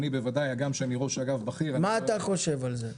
מה אתה חושב על זה?